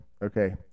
Okay